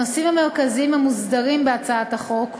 הנושאים המרכזיים המוסדרים בהצעת החוק כוללים,